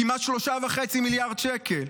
כמעט 3.5 מיליארד שקל.